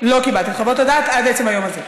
לא קיבלתי את חוות הדעת עד עצם היום הזה.